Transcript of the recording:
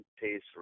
taste